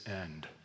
end